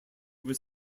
was